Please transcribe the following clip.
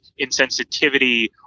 insensitivity